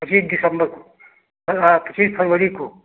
पचीस दिसंबर को पचीस फरवरी को